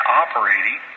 operating